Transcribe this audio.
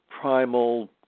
primal